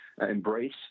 embrace